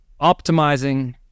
optimizing